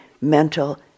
mental